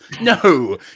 No